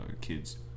Kids